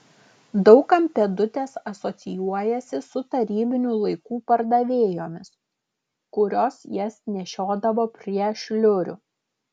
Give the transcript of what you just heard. daug kam pėdutės asocijuojasi su tarybinių laikų pardavėjomis kurios jas nešiodavo prie šliurių